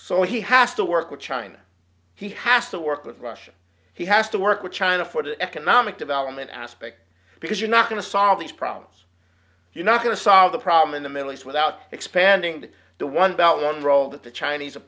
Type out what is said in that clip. so he has to work with china he has to work with russia he has to work with china for the economic development aspect because you're not going to solve these problems you're not going to solve the problem in the middle east without expanding the one belt one role that the chinese a